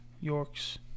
York's